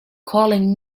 calling